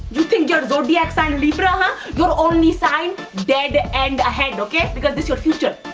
you think your zodiac sign libra, huh? your only sign dead end ahead, okay, because this your future.